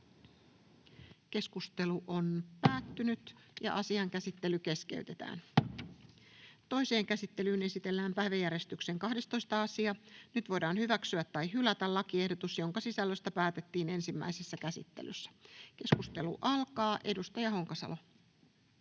6 a §:n muuttamisesta Time: N/A Content: Toiseen käsittelyyn esitellään päiväjärjestyksen 12. asia. Nyt voidaan hyväksyä tai hylätä lakiehdotus, jonka sisällöstä päätettiin ensimmäisessä käsittelyssä. — Keskustelu alkaa. Edustaja Honkasalo.